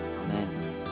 Amen